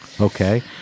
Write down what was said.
Okay